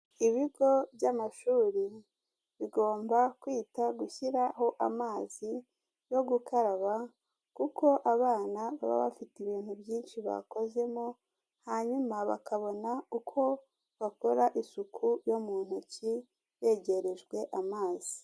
Ibigo by'amashuri bigomba kwita gushyiraho amazi yo gukaraba kuko abana baba bafite ibintu byinshi bakozemo, hanyuma bakabona uko bakora isuku yo mu ntoki begerejwe amazi.